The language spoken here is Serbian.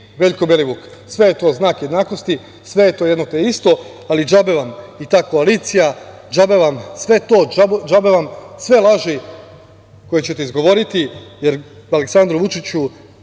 Veljko Belivuk. Sve je to znak jednakosti, sve je to jedno te isto, ali džabe vam i ta koalicija, džabe vam sve to. Džabe vam sve laži koje ćete izgovoriti, jer Aleksandru Vučiću